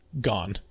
gone